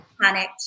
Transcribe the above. panicked